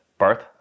birth